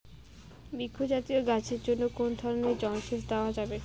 বৃক্ষ জাতীয় গাছের জন্য কোন ধরণের জল সেচ দেওয়া যাবে?